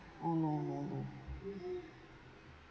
oh no no no